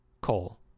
Coal